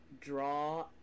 draw